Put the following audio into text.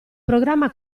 programma